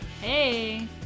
Hey